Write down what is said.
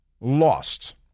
lost